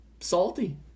salty